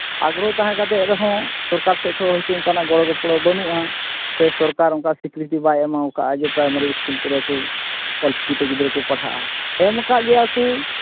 ᱟᱜᱨᱚᱦᱚ ᱛᱟᱦᱮᱸ ᱠᱟᱛᱮ ᱨᱮᱦᱚᱸ ᱥᱚᱨᱠᱟᱨ ᱥᱮᱡ ᱠᱷᱚᱡ ᱦᱳᱭᱛᱳ ᱚᱱᱠᱟᱱᱟᱜ ᱜᱚᱲᱚᱼᱜᱚᱯᱚᱲᱚ ᱵᱟᱹᱱᱩᱜᱼᱟ ᱥᱮ ᱥᱚᱨᱠᱟᱨ ᱚᱱᱠᱟ ᱥᱤᱠᱨᱤᱛᱤ ᱵᱟᱭ ᱮᱢ ᱟᱠᱟᱫᱟ ᱡᱮ ᱯᱨᱟᱭᱢᱟᱨᱤ ᱤᱥᱠᱩᱞ ᱠᱚᱨᱮ ᱠᱚ ᱚᱞ ᱪᱤᱠᱤᱛᱮ ᱜᱤᱫᱽᱨᱟᱹ ᱠᱚ ᱯᱟᱲᱦᱟᱜᱼᱟ ᱮᱢ ᱟᱠᱟᱫ ᱜᱮᱭᱟ ᱠᱚ